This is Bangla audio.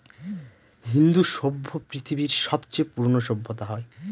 ইন্দু সভ্য পৃথিবীর সবচেয়ে পুরোনো সভ্যতা হয়